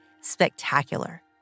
spectacular